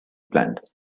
planned